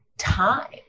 time